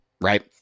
Right